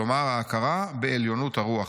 כלומר: ההכרה ב'עליונות הרוח'